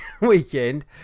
weekend